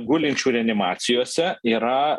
gulinčių reanimacijose yra